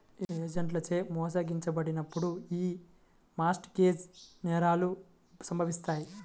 ఏజెంట్లచే మోసగించబడినప్పుడు యీ మార్ట్ గేజ్ నేరాలు సంభవిత్తాయి